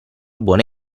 buona